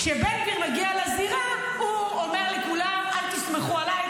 כשבן גביר מגיע לזירה הוא אומר לכולם: אל תסמכו עליי,